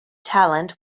talent